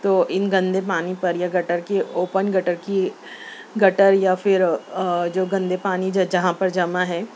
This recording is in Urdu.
تو ان گندے پانی پر یا گٹر کی اوپن گٹر کی گٹر یا پھر جو گندے پانی جہاں پر جمع ہے